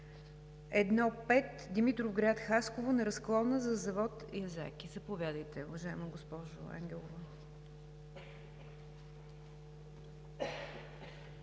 път I-5 Димитровград – Хасково, на разклона за завод „Язаки“. Заповядайте, уважаема госпожо Ангелова.